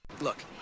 Look